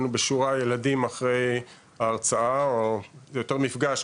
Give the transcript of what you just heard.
בשורה ילדים אחרי ההרצאה או המפגש,